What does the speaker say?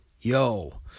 Yo